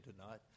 tonight